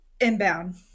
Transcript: Inbound